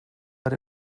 but